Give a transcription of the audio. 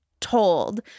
told